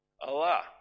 Allah